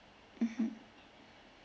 mmhmm